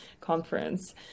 conference